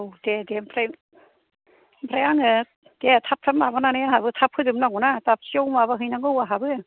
औ दे दे ओमफ्राय ओमफ्राय आङो दे थाब थाब माबानानै आंहाबो थाब फोजोब नांगौ ना दाबसेयाव माबाहैनांगौ आंहाबो